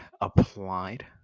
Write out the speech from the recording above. applied